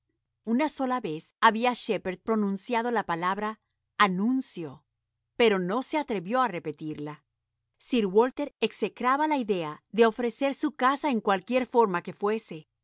una sola vez había shepherd pronunciado la palabra anuncio pero no se atrevió a repetirla sir walter execraba la idea de ofrecer su casa en cualquier forma que fuese